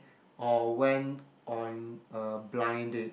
or went on a blind date